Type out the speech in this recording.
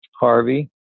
Harvey